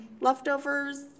Leftovers